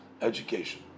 education